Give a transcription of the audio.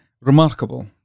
remarkable